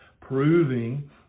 proving